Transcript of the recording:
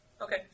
Okay